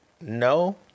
No